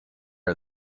are